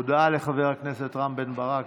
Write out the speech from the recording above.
הודעה לחבר הכנסת רם בן ברק.